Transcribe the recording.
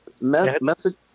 Message